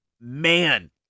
man